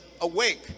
awake